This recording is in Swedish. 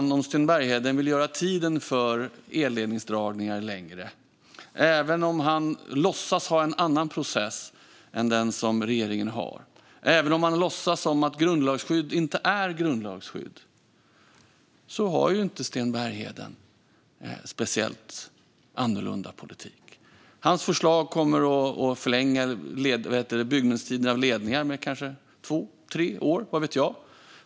Även om Sten Bergheden vill göra tiden för elledningsdragningar längre, även om han låtsas ha en annan process än den regeringen har och även om han låtsas som att grundlagsskydd inte är grundlagsskydd har han inte en särskilt annorlunda politik. Hans förslag kommer att förlänga byggnadstiden för ledningar med, vad vet jag, kanske två tre år.